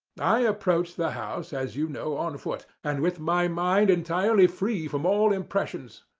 i approached the house, as you know, on foot, and with my mind entirely free from all impressions.